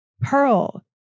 Pearl